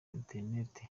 internet